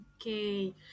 Okay